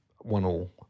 one-all